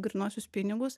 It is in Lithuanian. grynuosius pinigus